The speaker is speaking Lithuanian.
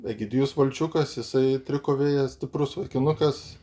egidijus valčiukas jisai trikovėje stiprus vaikinukas